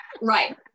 right